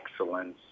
excellence